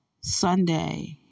sunday